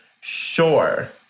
sure